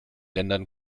ländern